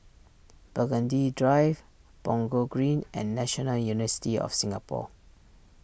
Burgundy Drive Punggol Green and National University of Singapore